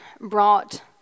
brought